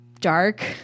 dark